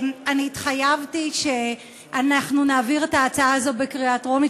אני התחייבתי שאנחנו נעביר את ההצעה הזאת בקריאה טרומית,